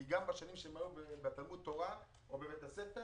כי גם בשנים שהם היו בתלמוד תורה או בבית הספר